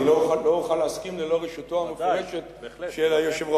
אבל לא אוכל להסכים ללא רשותו המפורשת של היושב-ראש.